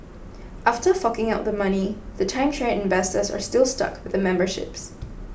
after forking out the money the timeshare investors are still stuck with the memberships